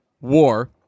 war